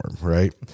right